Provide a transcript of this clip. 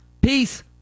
Peace